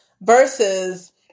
versus